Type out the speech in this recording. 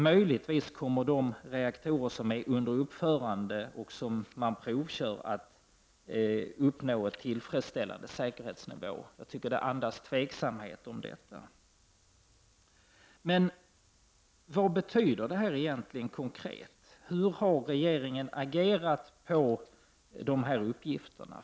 Möjligtvis kommer de reaktorer som är under uppförande och som provkörs att uppnå tillfresställande säkerhetsnivå. Jag tycker att detta andas tveksamhet. Vad betyder detta egentligen konkret? Hur har regeringen agerat på dessa uppgifter?